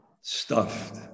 stuffed